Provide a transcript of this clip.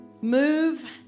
move